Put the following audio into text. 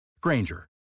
Granger